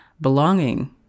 belonging